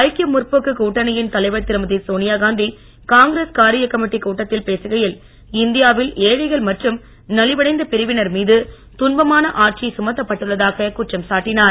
ஐக்கிய முற்போக்கு கூட்டணியின் தலைவர் திருமதி சோனியாகாந்தி காங்கிரஸ் காரிய கமிட்டி கூட்டத்தில் பேசுகையில் இந்தியாவில் ஏழைகள் மற்றும் நவிவடைந்த பிரிவினர் மீது துன்பமான ஆட்சி சுமத்தப்பட்டுள்ளதாக குற்றம் சாட்டினார்